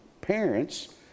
parents